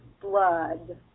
blood